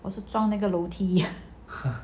我是撞那个楼梯